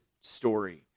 story